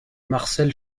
marcel